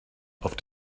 auf